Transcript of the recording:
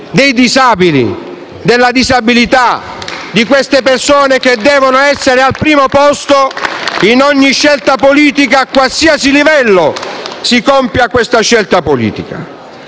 dei disabili, della disabilità, di queste persone che devono essere al primo posto in ogni scelta politica a qualsiasi livello la si compia. *(Applausi dai